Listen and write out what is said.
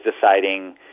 deciding